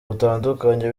butandukanye